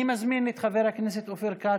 אני מזמין את חבר הכנסת אופיר כץ,